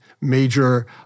major